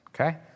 okay